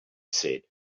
said